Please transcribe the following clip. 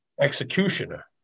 Executioner